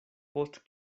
post